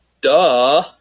duh